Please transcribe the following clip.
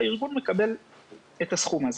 והארגון מקבל את הסכום הזה.